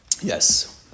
Yes